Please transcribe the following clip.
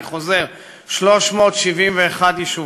אני חוזר, 371 יישובים,